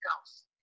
else